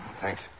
Thanks